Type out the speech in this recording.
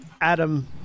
Adam